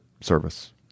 service